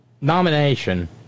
nomination